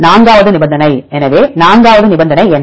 நான்காவது நிபந்தனை எனவே நான்காவது நிபந்தனை என்ன